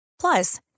Plus